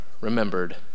remembered